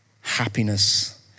happiness